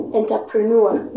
entrepreneur